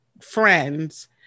friends